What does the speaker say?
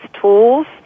tools